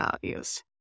values